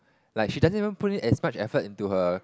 like she doesn't even put in as much effort into her